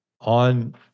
on